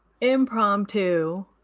impromptu